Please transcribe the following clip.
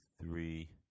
three